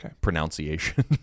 Pronunciation